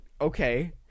okay